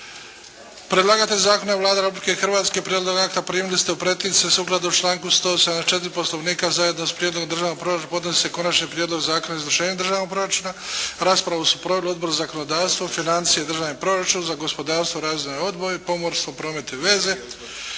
Predlagatelj zakona je Vlada Republike Hrvatske. Prijedlog akta primili ste u pretince. Sukladno članku 174. Poslovnika zajedno s Prijedlogom državnog proračuna podnijeli ste Konačni prijedlog Zakona o izvršenju državnog proračuna. Raspravu su proveli Odbor za zakonodavstvo, financije i državni proračun za gospodarstvo, …/Govornik se ne razumije./… pomorstvo, promet i veze.